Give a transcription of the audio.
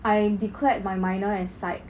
I declared my minor as psych